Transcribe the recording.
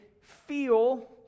feel